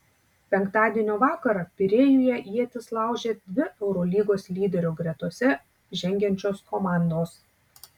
penktadienio vakarą pirėjuje ietis laužė dvi eurolygos lyderių gretose žengiančios komandos